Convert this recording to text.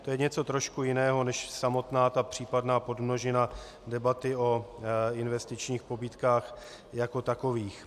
To je něco trošku jiného než samotná ta podmnožina debaty o investičních pobídkách jako takových.